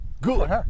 good